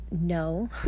no